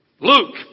Luke